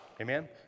Amen